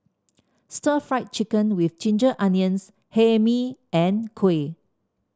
Stir Fried Chicken with Ginger Onions Hae Mee and kuih